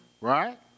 right